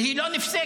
והיא לא נפסקת,